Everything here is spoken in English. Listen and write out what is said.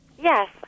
Yes